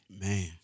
Man